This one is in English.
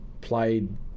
played